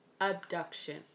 Abduction